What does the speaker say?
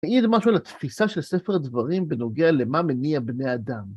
מעיד משהו על התפיסה של ספר הדברים בנוגע למה מניע בני אדם.